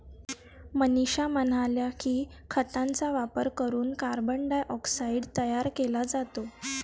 मनीषा म्हणाल्या की, खतांचा वापर करून कार्बन डायऑक्साईड तयार केला जातो